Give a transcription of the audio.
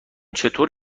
چطور